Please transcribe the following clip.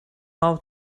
how